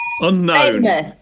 Unknown